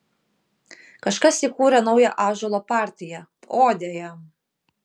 kažkas įkūrė naują ąžuolo partiją odę jam